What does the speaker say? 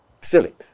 Silly